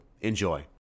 Enjoy